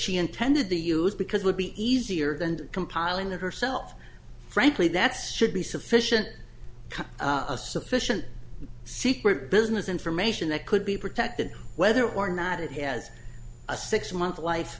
she intended to use because would be easier than compiling to herself frankly that's should be sufficient a sufficient secret business information that could be protected whether or not it has a six month life